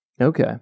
Okay